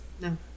No